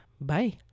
Bye